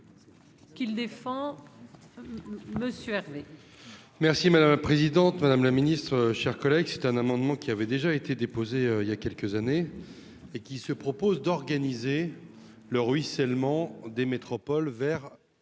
Merci madame la présidente, madame le Ministre, chers collègues, c'est un amendement qui avait déjà été déposée il y a quelques années et qui se propose d'organiser le ruissellement des métropoles vers